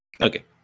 Okay